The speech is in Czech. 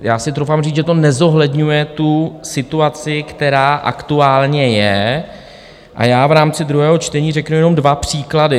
Já si troufám říct, že to nezohledňuje tu situaci, která aktuálně je, a v rámci druhého čtení řeknu jenom dva příklady.